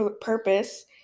purpose